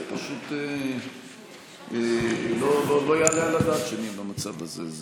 זה פשוט לא יעלה על הדעת המצב הזה.